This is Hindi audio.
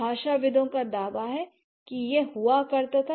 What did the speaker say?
भाषाविदों का दावा है कि यह हुआ करता था